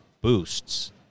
boosts